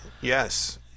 Yes